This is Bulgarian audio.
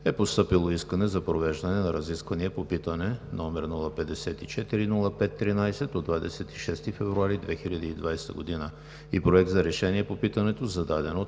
е постъпило искане за провеждане на разисквания по питане № 054-05-13 от 26 февруари 2020 г. и Проект на решение по питането, зададено от